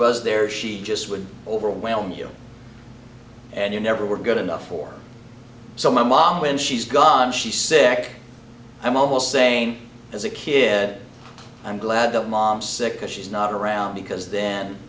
was there she just would overwhelm you and you never were good enough for so my mom when she's gone she's sick i'm almost saying as a kid i'm glad that mom's sick because she's not around because then